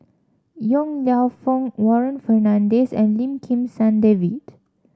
Yong Lew Foong Warren Fernandez and Lim Kim San David